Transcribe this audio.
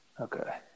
Okay